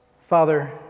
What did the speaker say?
Father